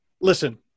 Listen